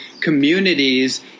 communities